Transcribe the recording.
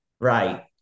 Right